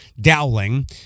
Dowling